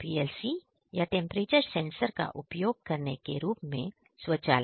PLC या temperature sensor का उपयोग करने के रूप में स्वचालन